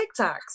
TikToks